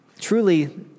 truly